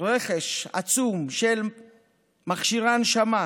רכש עצום של מכשירי הנשמה